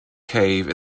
cave